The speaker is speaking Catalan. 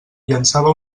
llançava